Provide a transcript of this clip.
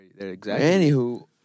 Anywho